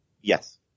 yes